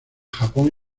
japón